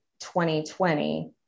2020